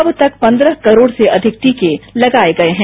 अब तक पन्द्रह करोड से अधिक टीके लगाये गये हैं